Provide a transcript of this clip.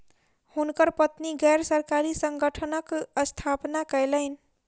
हुनकर पत्नी गैर सरकारी संगठनक स्थापना कयलैन